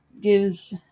gives